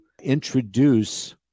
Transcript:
introduce